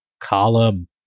Column